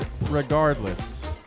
regardless